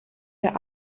der